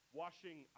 washing